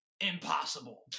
Impossible